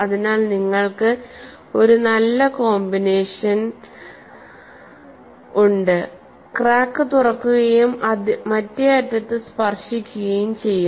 അതിനാൽ നിങ്ങൾക്ക് ഒരു നല്ല കോമ്പിനേഷൻ ഉണ്ട് ക്രാക്ക് തുറക്കുകയും മറ്റേ അറ്റത്ത് സ്പർശിക്കുകയും ചെയ്യും